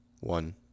One